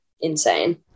insane